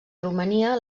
romania